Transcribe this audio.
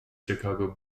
chicago